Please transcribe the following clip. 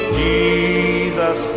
jesus